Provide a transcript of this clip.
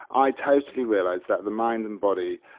i totally realised that the mind and body,